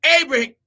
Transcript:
Abraham